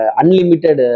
unlimited